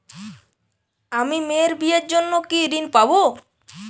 আমি মেয়ের বিয়ের জন্য কি ঋণ পাবো?